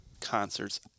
concerts